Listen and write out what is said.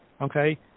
Okay